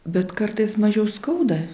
bet kartais mažiau skauda